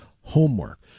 homework